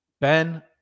Ben